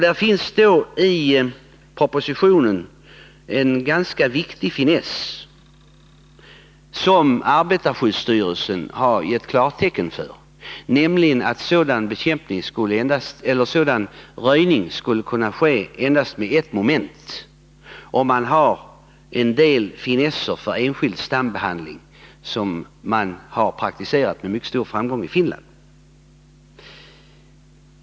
Det finns i propositionen en ganska viktig finess som arbetarskyddsstyrelsen har gett klartecken till, nämligen att sådan röjning skulle kunna ske med endast ett moment, om man tillämpar en del nya metoder för enskild stambehandling som med mycket stor framgång har praktiserats i Finland.